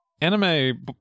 Anime